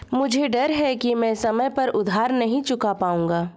मुझे डर है कि मैं समय पर उधार नहीं चुका पाऊंगा